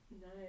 Nice